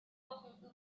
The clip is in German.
wochen